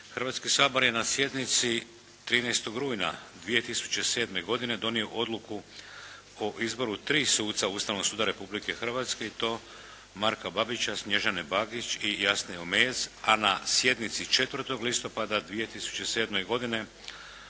Hrvatski sabor je na sjednici 13. rujna 2007. godine donio odluku o izboru 3 suca Ustavnog suda Republike Hrvatske i to Marka Babića, Snježane Bagić i Jasne Omejec, a na sjednici 4. listopada 2007. godine